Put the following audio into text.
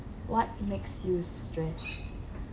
what makes you stress